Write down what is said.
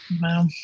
Wow